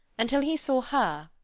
until he saw her,